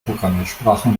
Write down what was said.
programmiersprachen